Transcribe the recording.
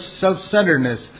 self-centeredness